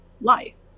life